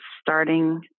starting